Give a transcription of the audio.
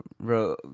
bro